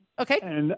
Okay